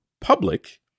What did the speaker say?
public